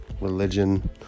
religion